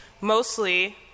mostly